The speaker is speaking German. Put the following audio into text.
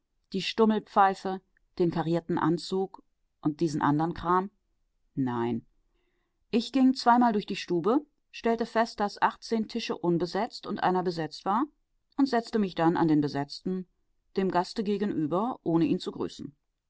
die stummelpfeife den karierten anzug und diesen anderen kram nein ich ging zweimal durch die stube stellte fest daß achtzehn tische unbesetzt und einer besetzt war und setzte mich dann an den besetzten dem gaste gegenüber ohne ihn zu grüßen